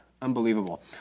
Unbelievable